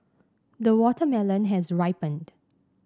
the watermelon has ripened